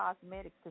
cosmetic